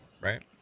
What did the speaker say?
right